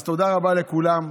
אז תודה רבה לכולם,